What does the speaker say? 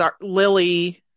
Lily